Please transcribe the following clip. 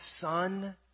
son